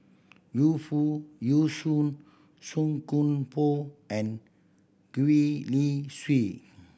Yu Foo Yee Shoon Song Koon Poh and Gwee Li Sui